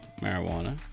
marijuana